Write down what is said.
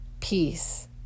peace